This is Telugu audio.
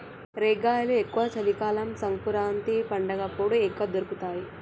రేగ్గాయలు ఎక్కువ చలి కాలం సంకురాత్రి పండగప్పుడు ఎక్కువ దొరుకుతాయి